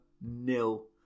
nil